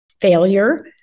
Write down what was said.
failure